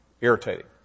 Irritating